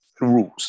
rules